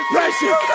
Precious